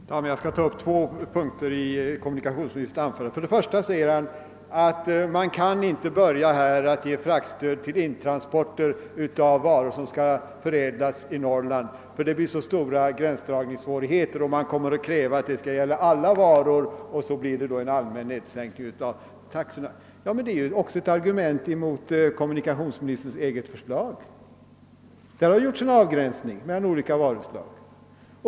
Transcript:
Herr talman! Jag skall ta upp två punkter i kommunikationsministerns senaste anförande. Först och främst säger han att man inte kan börja ge fraktstöd till intransporter av varor, som skall förädlas i Norrland, eftersom det då blir så stora gränsdragningssvårigheter. Man skulle då kräva att stödet skulle gälla alla varor, vilket skulle leda till en allmän sänkning av taxorna. Ja, men detta är ju också ett argument mot kommunikationsministerns eget förslag. Också i detta har man gjort en avgränsning mellan olika varuslag.